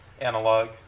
analog